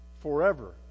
forever